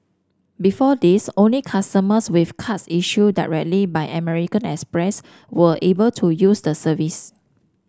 before this only customers with cards issued directly by American Express were able to use the service